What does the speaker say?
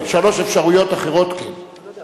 נכון, שלוש אפשרויות אחרות, כן.